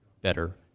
better